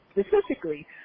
specifically